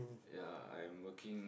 ya I'm working